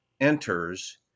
enters